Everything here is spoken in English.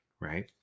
right